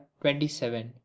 twenty-seven